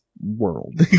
world